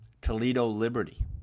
Toledo-Liberty